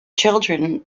children